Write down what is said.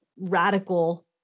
radical